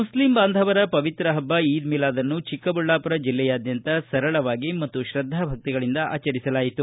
Muslim ಬಾಂಧವರ ಪವಿತ್ರ ಹಬ್ಬ ಈದ್ ಮಿಲಾದ್ನ್ನು ಚಿಕ್ಕಬಳ್ಳಾಪುರ ಜಿಲ್ಲೆಯಾದ್ಯಂತ ಸರಳವಾಗಿ ಮತ್ತು ಶ್ರದ್ದಾಭಕ್ತಿಗಳಿಂದ ಆಚರಿಸಲಾಯಿತು